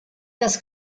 das